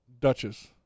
Duchess